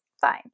Fine